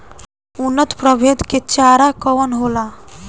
उन्नत प्रभेद के चारा कौन होला?